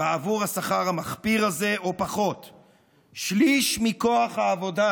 בעבור השכר המחפיר הזה או פחות, שליש מכוח העבודה.